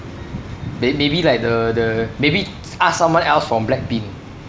may~ maybe like the the maybe ask someone else from blackpink